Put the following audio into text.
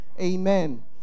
Amen